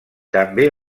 també